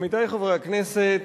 עמיתי חברי הכנסת,